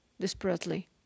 desperately